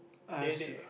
they they